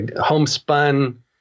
homespun